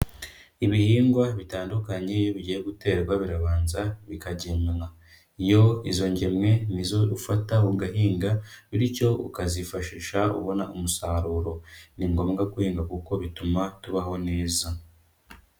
Ibihingwa bitandukanye, iyo bigiye guterwa birabanza bikagemwa. Iyo izo ngemwe ni zo ufata ugahinga bityo ukazifashisha ubona umusaruro. Ni ngombwa guhinga kuko bituma tubaho neza.